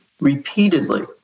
repeatedly